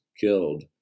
killed